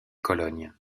cologne